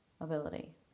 ability